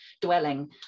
dwelling